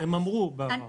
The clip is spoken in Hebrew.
הם אמרו בעבר.